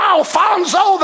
Alfonso